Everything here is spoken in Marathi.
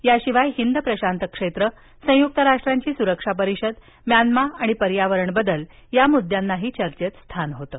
याशिवाय हिंद प्रशांत क्षेत्र संयुक्त राष्ट्रांची सुरक्षा परिषद म्यानमा आणि पर्यावरण बदल या मुद्द्यांनाही चर्चेत स्थान होतं